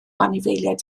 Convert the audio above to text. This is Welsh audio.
anifeiliaid